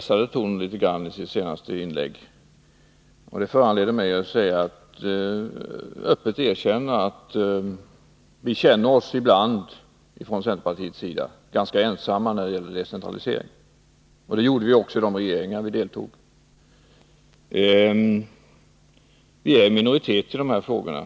skärpte tonen litet i sitt senaste inlägg. Det föranleder mig att erkänna att vi i centern ibland känner oss ganska ensamma när det gäller decentralisering. Det gjorde vi också då och då i de regeringar vi deltog i. Vi är i minoritet i dessa frågor.